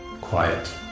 quiet